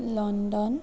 London